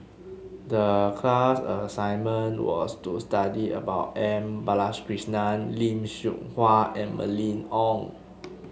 the class assignment was to study about M Balakrishnan Lim Seok Hui and Mylene Ong